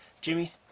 Jimmy